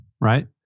right